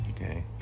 okay